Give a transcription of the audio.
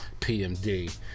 PMD